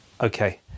Okay